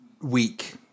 week